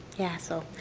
yeah so,